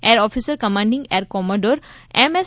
air officer commanding air commodore M S